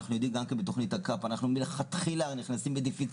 אנחנו יודעים גם כן שבתוכנית הקאפ אנחנו מלכתחילה נכנסים ב ---,